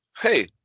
Hey